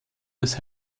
des